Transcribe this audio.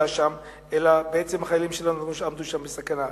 שם אלא בעצם החיילים שלנו עמדו שם בסכנה.